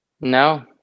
no